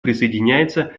присоединяется